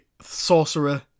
sorcerer